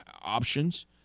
options